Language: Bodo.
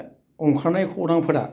ओंखारनाय खौरांफोरा